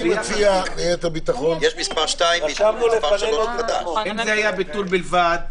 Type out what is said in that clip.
--- אם זה היה ביטול בלבד,